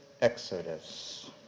Exodus